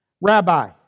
Rabbi